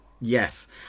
Yes